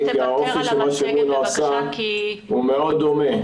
כי האופי של מה שמונא עושה הוא מאוד דומה.